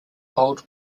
old